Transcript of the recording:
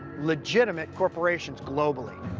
legitimate corporations globally.